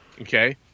Okay